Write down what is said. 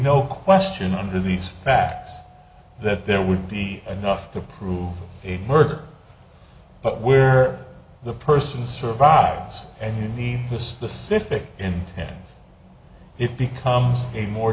no question on who these facts that there would be enough to prove a murder but where the person survives and the specific and it becomes a more